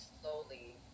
slowly